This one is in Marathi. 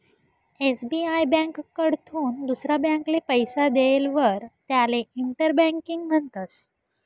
एस.बी.आय ब्यांककडथून दुसरा ब्यांकले पैसा देयेलवर त्याले इंटर बँकिंग म्हणतस